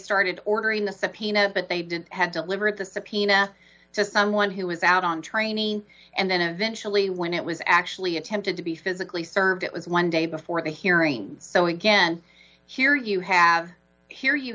started ordering the subpoena but they didn't have delivered the subpoena to someone who was out on training and then eventually when it was actually attempted to be physically served it was one day before the hearing so again here you have here you